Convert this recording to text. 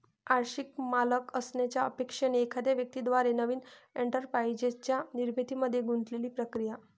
आंशिक मालक असण्याच्या अपेक्षेने एखाद्या व्यक्ती द्वारे नवीन एंटरप्राइझच्या निर्मितीमध्ये गुंतलेली प्रक्रिया